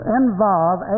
involve